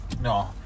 No